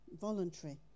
voluntary